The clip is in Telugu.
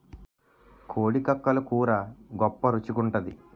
కోడి కక్కలు కూర గొప్ప రుచి గుంటాది